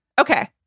Okay